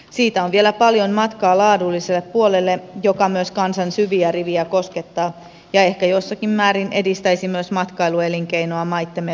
siitä on vielä paljon matkaa laadulliselle puolelle joka myös kansan syviä rivejä koskettaa ja ehkä jossakin määrin edistäisi myös matkailuelinkeinoa maittemme välillä